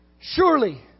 Surely